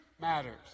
matters